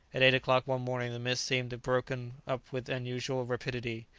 at eight o'clock one morning the mists seemed broken up with unusual rapidity,